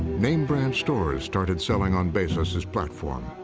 name-brand stores started selling on bezos's platform,